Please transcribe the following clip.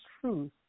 truth